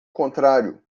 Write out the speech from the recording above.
contrário